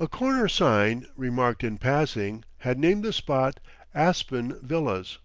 a corner sign, remarked in passing, had named the spot aspen villas